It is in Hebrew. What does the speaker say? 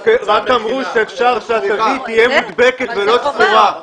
רק אמרו שאפשר שהתווית תהיה מודבקת ולא תפורה.